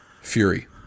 fury